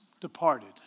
departed